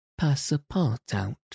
Passapartout